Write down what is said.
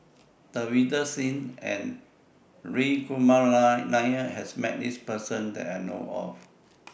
Davinder Singh and Hri Kumar Nair has Met This Person that I know of